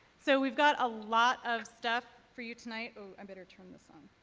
so, we've got a lot of stuff for you tonight. oh, i better turn this on.